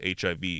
hiv